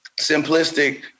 simplistic